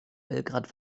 belgrad